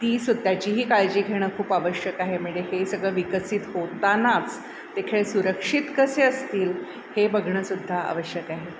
ती स्वतःचीही काळजी घेणं खूप आवश्यक आहे म्हणजे हे सगळं विकसित होतानाच ते खेळ सुरक्षित कसे असतील हे बघणं सुद्धा आवश्यक आहे